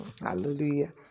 Hallelujah